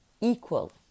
equal